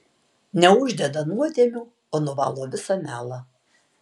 neuždeda nuodėmių o nuvalo visą melą